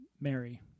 Mary